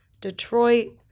Detroit